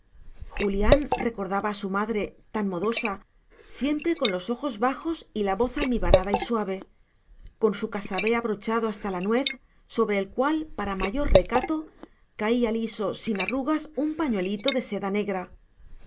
julián recordaba a su madre tan modosa siempre con los ojos bajos y la voz almibarada y suave con su casabé abrochado hasta la nuez sobre el cual para mayor recato caía liso sin arrugas un pañuelito de seda negra